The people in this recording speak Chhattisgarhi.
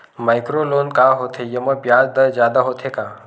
माइक्रो लोन का होथे येमा ब्याज दर जादा होथे का?